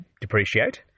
depreciate